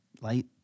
light